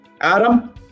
Adam